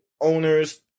owners